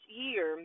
year